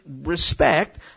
respect